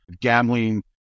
gambling